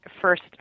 first